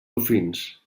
dofins